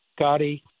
Gotti